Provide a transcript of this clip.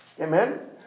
Amen